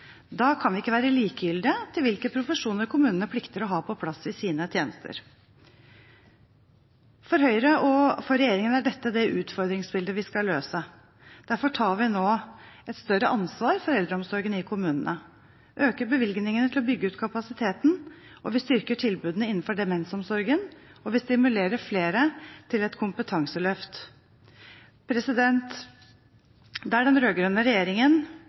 Da kan vi ikke være likegyldige til hvilke profesjoner kommunene plikter å ha på plass i sine tjenester. For Høyre og for regjeringen er dette det utfordringsbildet vi skal løse. Derfor tar vi nå et større ansvar for eldreomsorgen i kommunene. Vi øker bevilgningene til å bygge ut kapasiteten, vi styrker tilbudene innenfor demensomsorgen, og vi stimulerer flere til et kompetanseløft. Der den rød-grønne regjeringen – i hvert fall når det